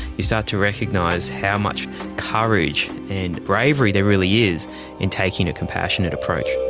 you start to recognise how much courage and bravery there really is in taking a compassionate approach.